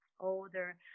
Older